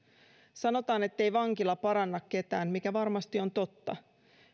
sanotaan ettei vankila paranna ketään mikä varmasti on totta